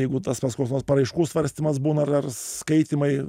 jeigu tas pats koks nors paraiškų svarstymas būna ar ars skaitymai